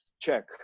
check